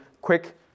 quick